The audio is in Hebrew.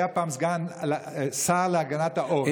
היה פעם שר להגנת העורף.